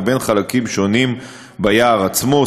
ובין חלקים שונים ביער עצמו,